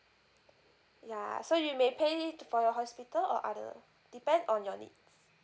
ya so you may pay t~ for your hospital or other depend on your needs